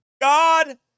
God